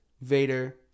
Vader